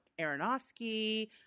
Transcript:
Aronofsky